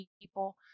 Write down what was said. people